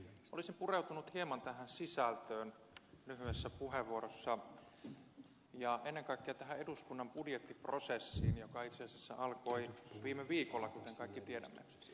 olisin pureutunut hieman tähän sisältöön lyhyessä puheenvuorossani ja ennen kaikkea tähän eduskunnan budjettiprosessiin joka itse asiassa alkoi viime viikolla kuten kaikki tiedämme